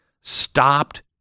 stopped